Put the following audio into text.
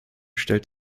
stellt